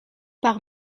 par